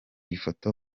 ifoto